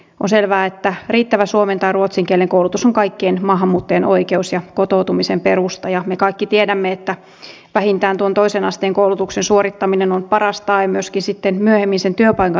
on selvää että riittävä suomen tai ruotsin kielen koulutus on kaikkien maahanmuuttajien oikeus ja kotoutumisen perusta ja me kaikki tiedämme että vähintään tuon toisen asteen koulutuksen suorittaminen on paras tae myöskin sitten myöhemmin sen työpaikan saamiseen